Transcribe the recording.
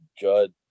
Judd